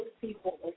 people